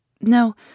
No